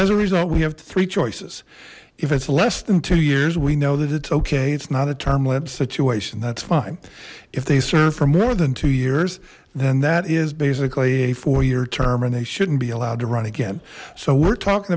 as a result we have three choices if it's less than two years we know that it's okay it's not a term length situation that's fine if they serve for more than two years then that is basically a four year term and they shouldn't be allowed to run again so we're talking